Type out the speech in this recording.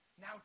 now